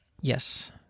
Yes